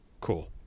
cool